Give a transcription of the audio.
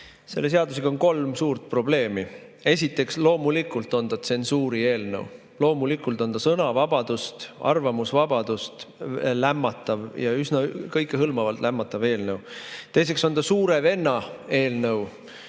Selle seadusega on kolm suurt probleemi. Esiteks, loomulikult on see tsensuuri eelnõu. Loomulikult on ta sõnavabadust, arvamusvabadust lämmatav ja üsna kõikehõlmavalt lämmatav eelnõu. Teiseks on ta suure venna eelnõu.